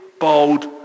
bold